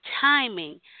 timing